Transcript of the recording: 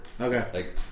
Okay